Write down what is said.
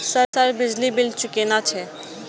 Sir बिजली bill चूकेना छे?